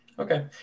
okay